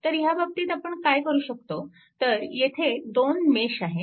तर ह्या बाबतीत आपण काय करू शकतो तर येथे दोन मेश आहेत